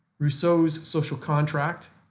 rousseau's social contract,